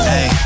Hey